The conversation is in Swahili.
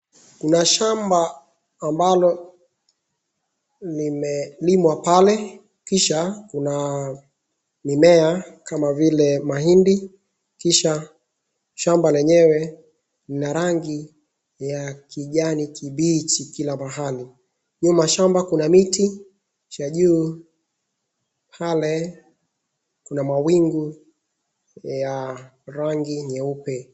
Kuna shamba ambalo limelimwa pale kisha kuna mimea kama vile mahindi kisha shamba lenyewe lina rangi ya kijani kibichi kila mahali. Nyuma shamba kuna miti yaliyopale kuna mawingu ya rangi nyeupe.